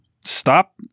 stop